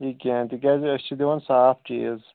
یہِ کیٚنٛہہ تِکیٛازِ أسۍ چھِ دِوان صاف چیٖز